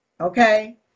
Okay